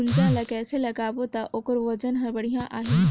गुनजा ला कइसे लगाबो ता ओकर वजन हर बेडिया आही?